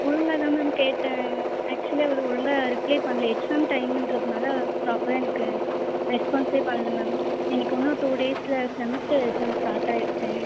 ஒழுங்காக தான் மேம் கேட்டேன் ஆக்சுவலி அவர் ஒழுங்காக ரிப்ளை பண்ணல எக்ஸாம் டைமின்றதுனால் ப்ராப்பராக எனக்கு ரெஸ்பான்ஸே பண்ணல மேம் எனக்கு இன்னும் டூ டேஸ்சில் செமஸ்ட்டர் எக்ஸாம் ஸ்டார்ட் ஆகிருச்சி